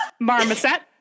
Marmoset